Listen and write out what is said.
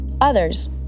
Others